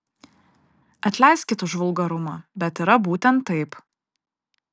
atleiskit už vulgarumą bet yra būtent taip